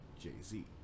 Jay-Z